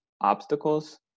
obstacles